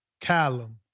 Callum